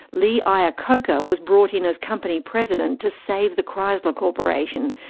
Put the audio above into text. lee iacocca was brought in as company president to save the chrysler corporation,